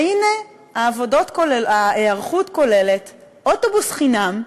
והנה, ההיערכות כוללת אוטובוס חינם,